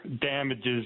damages